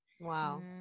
Wow